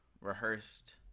rehearsed